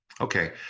Okay